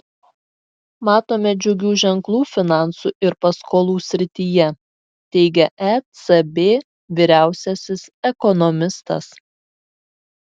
matome džiugių ženklų finansų ir paskolų srityje teigia ecb vyriausiasis ekonomistas